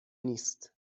نیست